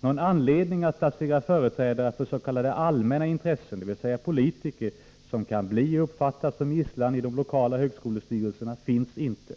Någon anledning att placera företrädare för s.k. allmänna intressen, dvs. politiker, som kan bli och uppfattas som gisslan i de lokala högskolestyrelserna, finns inte.